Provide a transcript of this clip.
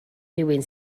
rywun